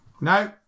No